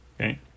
Okay